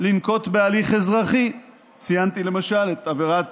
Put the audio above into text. לנקוט הליך אזרחי, ציינתי, למשל, את עבירת